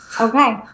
Okay